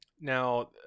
Now